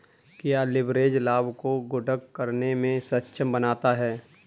क्या लिवरेज लाभ को गुणक करने में सक्षम बनाता है?